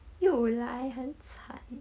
又来很惨